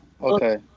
Okay